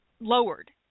lowered